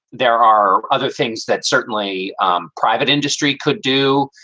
there are other things that certainly um private industry could do.